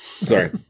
Sorry